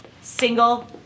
Single